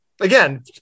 Again